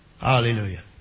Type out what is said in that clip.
Hallelujah